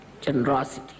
generosity